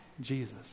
Jesus